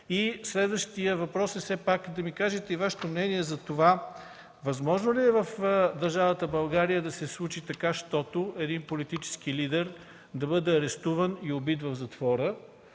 Следващият въпрос е: да ми кажете Вашето мнение за това възможно ли е в държавата България да се случи така, щото един политически лидер да бъде арестуван и убит в затвора?